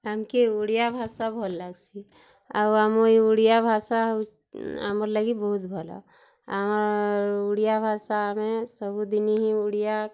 ଆମକେ ଓଡ଼ିଆ ଭାଷା ଭଲ୍ ଲାଗ୍ସି ଆଉ ଆମ ଏ ଓଡ଼ିଆ ଭାଷା ଆମର୍ ଲାଗି ବହୁତ୍ ଭଲ ଆମର୍ ଓଡ଼ିଆ ଭାଷା ଆମେ ସବୁଦିନି ଓଡ଼ିଆ